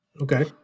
Okay